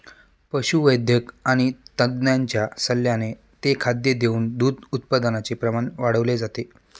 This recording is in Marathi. पशुवैद्यक आणि तज्ञांच्या सल्ल्याने ते खाद्य देऊन दूध उत्पादनाचे प्रमाण वाढवले जाते